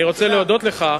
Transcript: אני רוצה להודות לך,